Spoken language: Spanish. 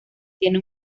tiene